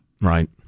Right